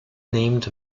named